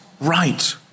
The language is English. right